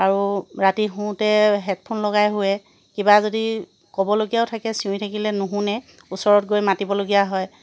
আৰু ৰাতি শোওঁতে হেডফোন লগাই শুৱে কিবা যদি ক'বলগীয়াও থাকে চিঞৰি থাকিলে নুশুনে ওচৰত গৈ মাতিবলগীয়া হয়